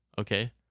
Okay